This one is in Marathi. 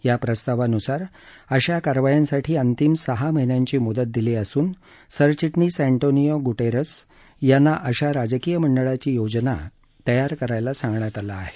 या प्रस्तावानुसार अशा कारवायांसाठी अंतिम सहा महिन्यांची मुदत दिली असून सरविटणीस अँटोनिओ गुटेरेस यांना अशा राजकीय मंडळाची योजना तयार करायला सांगितलं आहे